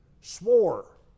swore